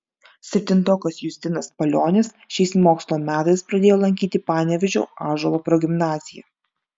septintokas justinas palionis šiais mokslo metais pradėjo lankyti panevėžio ąžuolo progimnaziją